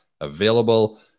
available